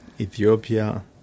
Ethiopia